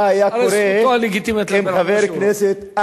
חבר הכנסת.